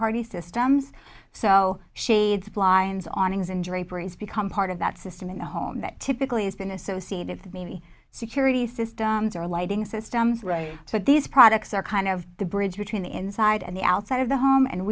party systems so shade the blinds awnings and draperies become part of that system in the home that typically has been associated with maybe security systems or lighting systems but these products are kind of the bridge between the inside and the outside of the home and